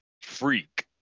freak